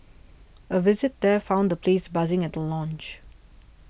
a visit there found the place buzzing at the launch